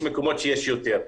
יש מקומות שיש יותר.